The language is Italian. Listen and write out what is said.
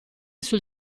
sul